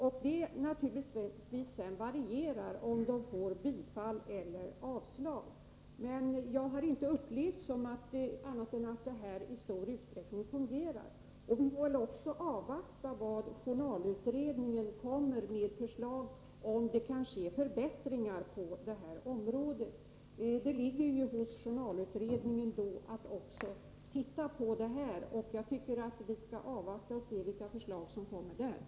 Det varierar naturligtvis om det blir bifall eller avslag, men jag har inte upplevt något annat än att detta system i stor utsträckning fungerar, och vi får väl också avvakta vad journalutredningen kommer med i fråga om förslag — om det kan göras förbättringar på detta område. Journalutredningen har ju att se på också den här frågan, och jag tycker att vi skall avvakta och se vilka förslag' som kommer därifrån.